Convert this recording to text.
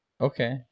okay